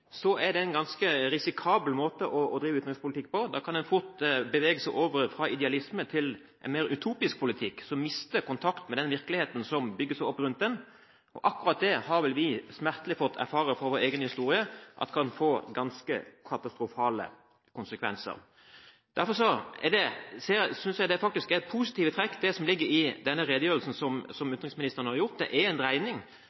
er det en ganske risikabel måte å drive utenrikspolitikk på. Da kan en fort bevege seg over fra idealisme til en mer utopisk politikk, der en mister kontakten med den virkeligheten som bygger seg opp rundt en. Akkurat dette har vi vel fra vår egen historie smertelig fått erfare kan få ganske katastrofale konsekvenser. Derfor synes jeg det er positive trekk i redegjørelsen fra utenriksministeren. Det er en dreining over til en mer realistisk tilnærming som